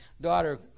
daughter